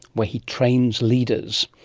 where he trains leaders.